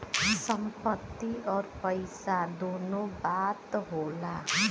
संपत्ति अउर पइसा दुन्नो बात होला